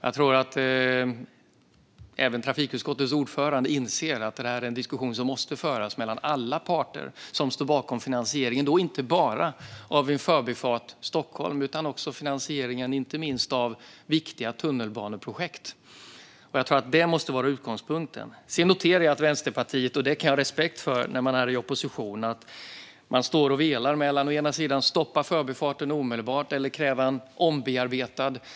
Jag tror att även trafikutskottets ordförande inser att det här är en diskussion som måste föras mellan alla parter som står bakom finansieringen, och då inte bara av Förbifart Stockholm utan också, inte minst, av finansieringen av viktiga tunnelbaneprojekt. Jag tror att det måste vara utgångspunkten. Jag noterar att Vänsterpartiet, vilket jag kan ha respekt för när man är i opposition, står och velar mellan att å ena sidan stoppa Förbifarten omedelbart, å andra sidan kräva en ombearbetad version.